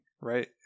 right